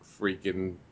freaking